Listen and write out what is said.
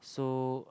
so